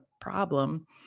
problem